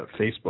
Facebook